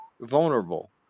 vulnerable